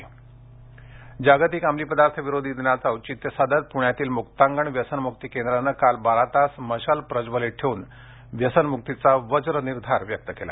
अमलीपदार्थ जागतिक अंमली पदार्थ विरोधी दिनाचं औचित्य साधत पूण्यातील मुक्तांगण व्यसनमुक्ती केंद्रानं काल बारा तास मशाल प्रज्वलीत ठेऊन व्यसनमुक्तीचा वज्रनिर्धार व्यक्त केला